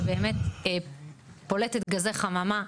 בעצם פולטת גזי חממה,